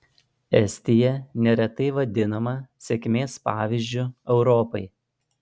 estija neretai vadinama sėkmės pavyzdžiu europai